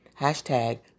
Hashtag